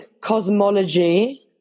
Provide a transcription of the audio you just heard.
cosmology